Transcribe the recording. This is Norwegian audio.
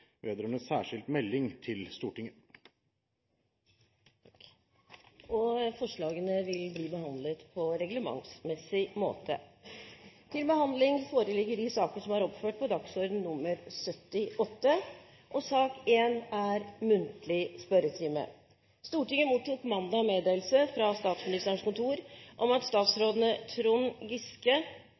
vedrørende særskilt melding til Stortinget. Forslagene vil bli behandlet på reglementsmessig måte. Stortinget mottok mandag meddelelse fra Statsministerens kontor om at statsrådene Trond Giske, Inga Marte Thorkildsen og Hadia Tajik vil møte til muntlig spørretime.